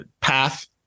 path